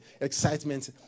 excitement